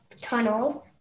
tunnels